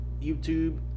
YouTube